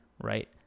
right